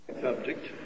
subject